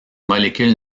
molécule